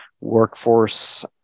workforce